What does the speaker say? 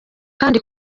kandi